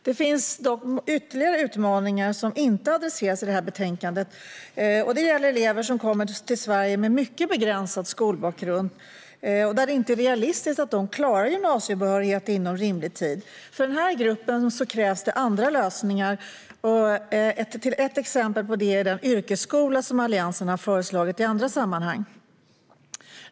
Det finns dock ytterligare utmaningar som inte adresseras i detta betänkande, och det gäller elever som kommer till Sverige med mycket begränsad skolbakgrund och där det inte är realistiskt att de ska klara gymnasiebehörighet inom rimlig tid. För den här gruppen krävs andra lösningar. Ett exempel på det är den yrkesskola som Alliansen har föreslagit i andra sammanhang.